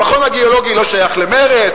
המכון הגיאולוגי לא שייך למרצ,